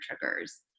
triggers